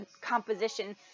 composition